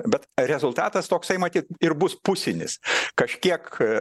bet rezultatas toksai matyt ir bus pusinis kažkiek